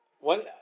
one